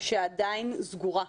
שעדיין סגורה.